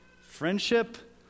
friendship